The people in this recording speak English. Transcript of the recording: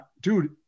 dude